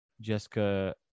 jessica